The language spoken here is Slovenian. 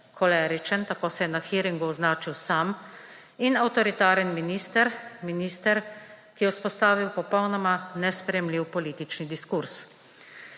koleričen, tako se je na hearingu označil sam, in avtoritaren minister, minister, ki je vzpostavil popolnoma nesprejemljiv politični diskurz.